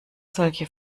solche